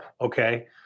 okay